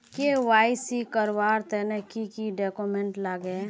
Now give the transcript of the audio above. KYC करवार तने की की डॉक्यूमेंट लागे?